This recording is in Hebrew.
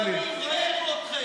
תלמידי חכמים, ראינו אתכם.